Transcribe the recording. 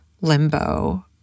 limbo